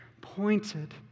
pointed